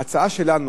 ההצעה שלנו,